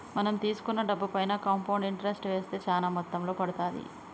మనం తీసుకున్న డబ్బుపైన కాంపౌండ్ ఇంటరెస్ట్ వేస్తే చానా మొత్తంలో పడతాది